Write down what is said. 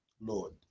Lord